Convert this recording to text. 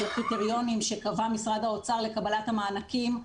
הקריטריונים שקבע משרד האוצר לקבלת המענקים,